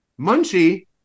Munchie